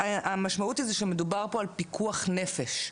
המשמעות היא שמדובר פה על פיקוח נפש,